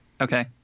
Okay